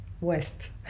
West